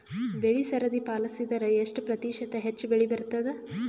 ಬೆಳಿ ಸರದಿ ಪಾಲಸಿದರ ಎಷ್ಟ ಪ್ರತಿಶತ ಹೆಚ್ಚ ಬೆಳಿ ಬರತದ?